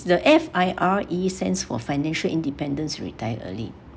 the F_I_R_E stands for financial independence retire early